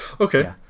Okay